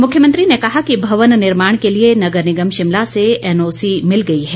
मुख्यमंत्री ने कहा कि भवन निर्माण के लिए नगर निगम शिमला से एनओसी मिल गई हैं